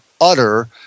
utter